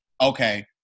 okay